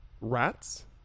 Rats